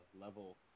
level